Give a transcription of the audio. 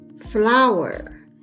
Flower